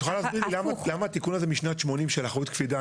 את יכולה לסביר לי למה התיקון הזה משנת 80' של אחריות קפידה?